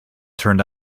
turned